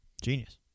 Genius